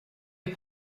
est